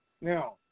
Now